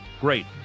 Great